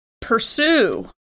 Pursue